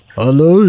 Hello